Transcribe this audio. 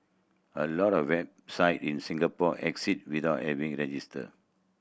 a lot of website in Singapore exist without having register